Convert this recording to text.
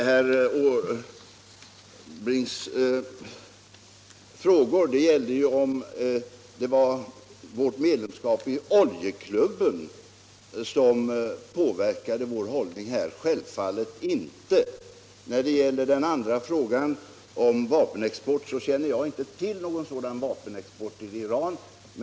Herr talman! Herr Måbrink frågade om det är vårt medlemskap i oljeklubben som påverkat vår hållning i detta sammanhang. Självfallet är det inte så. När det gäller den andra frågan, om vapenexport, känner jag inte till någon sådan vapenexport till Iran.